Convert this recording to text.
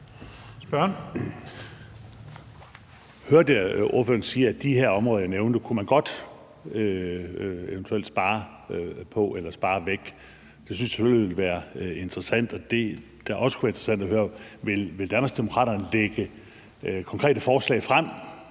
Hørte jeg ordføreren sige, at de her områder, jeg nævnte, kunne man godt eventuelt spare på eller spare væk? Jeg synes selvfølgelig, at det også kunne være interessant at høre, om Danmarksdemokraterne vil lægge konkrete forslag frem